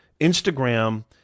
Instagram